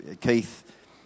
Keith